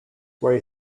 where